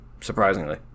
surprisingly